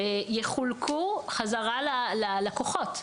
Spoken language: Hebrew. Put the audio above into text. יחולקו חזרה ללקוחות.